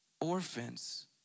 orphans